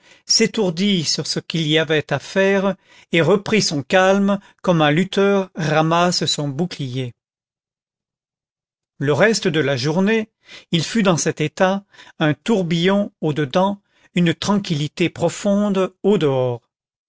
s'étourdit sur ce qu'il y avait à faire et reprit son calme comme un lutteur ramasse son bouclier le reste de la journée il fut dans cet état un tourbillon au dedans une tranquillité profonde au dehors